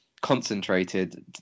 concentrated